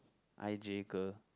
i_j girl